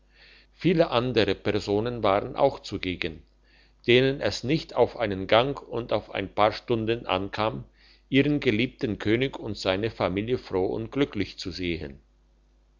viele andere personen waren auch zugegen denen es nicht auf einen gang und auf ein paar stunden ankam ihren geliebten könig und seine familie froh und glücklich zu sehen